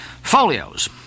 Folios